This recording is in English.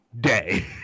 day